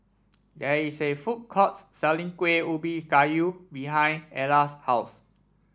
there is a food courts selling Kueh Ubi Kayu behind Ella's house